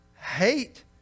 hate